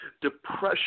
Depression